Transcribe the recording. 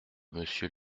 monsieur